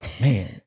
man